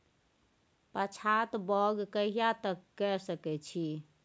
पछात बौग कहिया तक के सकै छी?